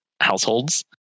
households